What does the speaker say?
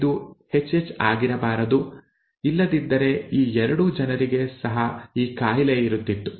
ಇದು HH ಆಗಿರಬಾರದು ಇಲ್ಲದಿದ್ದರೆ ಈ ಎರಡು ಜನರಿಗೆ ಸಹ ಈ ಕಾಯಿಲೆ ಇರುತ್ತಿತ್ತು